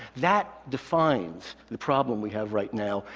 that defines the problem we have right now,